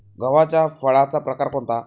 गव्हाच्या फळाचा प्रकार कोणता?